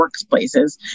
workplaces